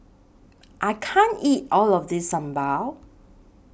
I can't eat All of This Sambal